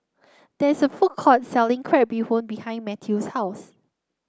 there's a food court selling Crab Bee Hoon behind Mathew's house